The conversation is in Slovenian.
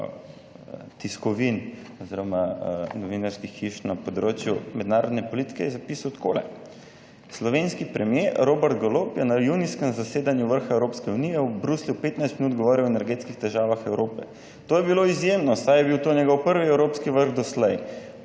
tiskovin oziroma novinarskih hiš na področju mednarodne politike je zapisal takole: Slovenski premier Robert Golob je na junijskem zasedanju vrha Evropske unije v Bruslju 15 minut govoril o energetskih težavah Evrope. To je bilo izjemno, saj je bil to njegov prvi evropski vrh doslej.